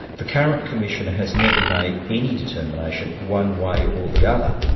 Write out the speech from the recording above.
the current commissioner has never made any determination one way or the other,